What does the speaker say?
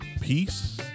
peace